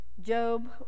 Job